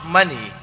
money